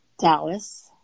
Dallas